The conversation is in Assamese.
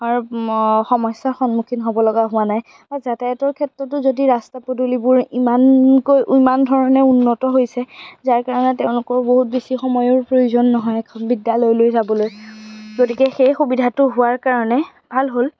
আৰু সমস্যাৰ সন্মুখীন হ'বলগা হোৱা নাই আৰু যাতায়াতৰ ক্ষেত্ৰতো যদি ৰাস্তা পদূলিবোৰ ইমানকৈ ইমানধৰণে উন্নত হৈছে যাৰকাৰণে তেওঁলোকৰ বহুত বেছি সময়ৰ প্ৰয়োজন নহয় এখন বিদ্যালয়লৈ যাবলৈ গতিকে সেই সুবিধাটো হোৱাৰ কাৰণে ভাল হ'ল